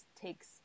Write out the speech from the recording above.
takes